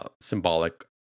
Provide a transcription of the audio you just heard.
symbolic